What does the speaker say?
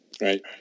right